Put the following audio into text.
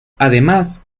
además